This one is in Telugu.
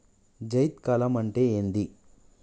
జైద్ కాలం అంటే ఏంది?